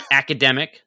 academic